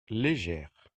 légère